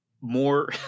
more